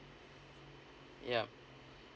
yup